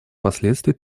последствий